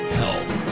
health